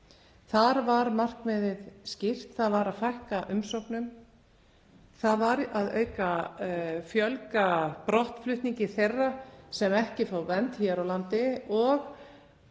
Þar var markmiðið skýrt en það var að fækka umsóknum, fjölga brottflutningi þeirra sem ekki fá vernd hér á landi og